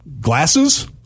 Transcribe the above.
glasses